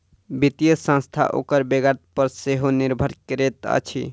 वित्तीय संस्था ओकर बेगरता पर सेहो निर्भर करैत अछि